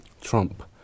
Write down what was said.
Trump